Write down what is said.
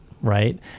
right